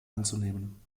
einzunehmen